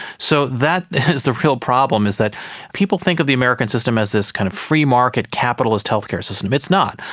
so that is the real problem, is that people think of the american system as this kind of free market capitalist healthcare system, it's not.